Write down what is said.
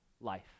life